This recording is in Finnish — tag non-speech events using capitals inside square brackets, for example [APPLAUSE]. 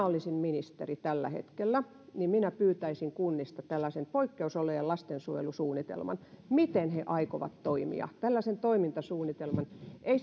[UNINTELLIGIBLE] olisin ministeri tällä hetkellä niin minä pyytäisin kunnista tällaisen poikkeusolojen lastensuojelusuunnitelman siitä miten he aikovat toimia tällaisen toimintasuunnitelman ei [UNINTELLIGIBLE]